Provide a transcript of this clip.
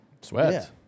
Sweat